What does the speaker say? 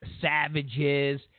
savages—